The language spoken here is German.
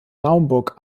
naumburg